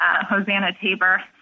Hosanna-Tabor